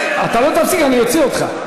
אני אוציא אותך.